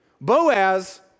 Boaz